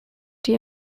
die